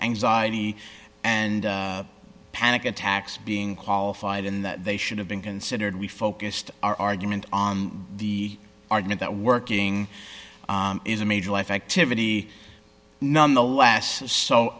anxiety and panic attacks being qualified in that they should have been considered we focused our argument on the argument that working is a major life activity none the less so